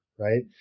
right